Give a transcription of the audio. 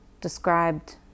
described